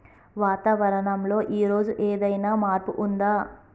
వాతావరణం లో ఈ రోజు ఏదైనా మార్పు ఉందా?